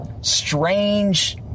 strange